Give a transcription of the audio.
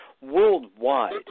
worldwide